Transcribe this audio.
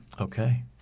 Okay